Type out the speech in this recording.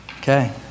Okay